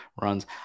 runs